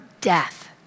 death